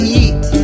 eat